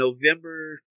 November